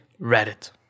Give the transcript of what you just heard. Reddit